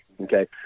Okay